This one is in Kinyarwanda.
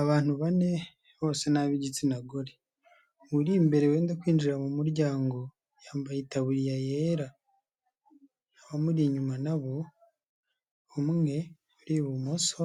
Abantu bane bose n'ab'igitsina gore. Uri imbere wenda kwinjira mu muryango yambaye itaburiya yera. Abamuri inyuma na bo, umwe uri ibumoso,